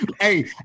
Hey